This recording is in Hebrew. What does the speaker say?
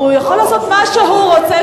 הוא יכול לעשות מה שהוא רוצה,